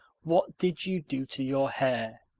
what did you do to your hair?